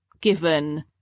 given